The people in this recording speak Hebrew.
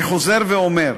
אני חוזר ואומר: